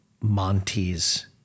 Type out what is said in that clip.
Monty's